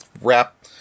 wrap